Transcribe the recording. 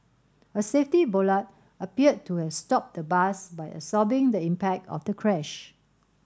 a safety bollard appeared to have stopped the bus by absorbing the impact of the crash